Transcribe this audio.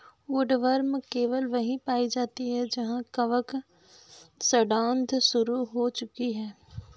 woodworm केवल वहीं पाई जाती है जहां कवक सड़ांध शुरू हो चुकी है